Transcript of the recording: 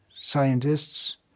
scientists